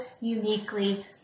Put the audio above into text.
uniquely